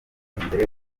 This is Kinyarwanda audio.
imbere